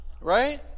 Right